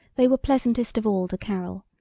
they were pleasantest of all to carol,